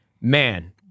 man